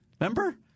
Remember